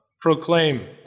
proclaim